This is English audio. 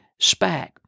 Spack